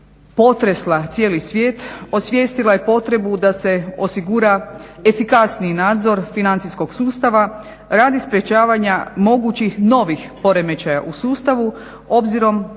potresla cijeli svijet, osvijestila je potrebu da se osigura efikasniji nadzor financijskog sustava radi sprečavanja mogućih novih poremećaja u sustavu obzirom